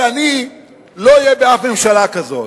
שאני לא אהיה באף מפלגה כזאת,